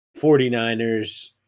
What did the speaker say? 49ers